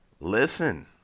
Listen